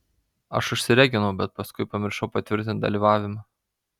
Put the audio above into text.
aš užsireginau bet paskui pamiršau patvirtint dalyvavimą